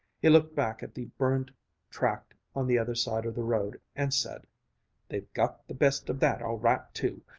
he looked back at the burned tract on the other side of the road and said they've got the best of that all right, too.